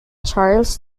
charles